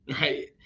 right